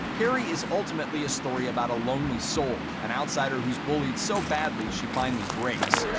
carrie is ultimately a story about a lonely soul an outsider who's bullied so badly she finally breaks.